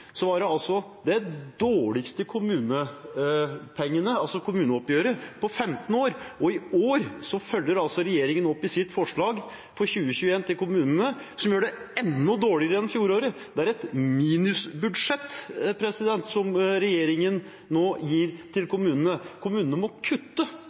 år følger regjeringen opp overfor kommunene i sitt forslag for 2021, som gjør det enda dårligere enn fjoråret. Det er et minusbudsjett som regjeringen nå gir til kommunene. Kommunene må kutte